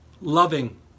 loving